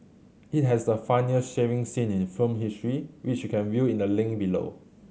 it has the funniest shaving scene in film history which you can view in the link below